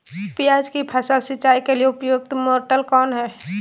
प्याज की फसल सिंचाई के लिए उपयुक्त मोटर कौन है?